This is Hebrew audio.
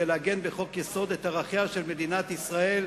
כדי לעגן בחוק-יסוד את ערכיה של מדינת ישראל